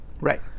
right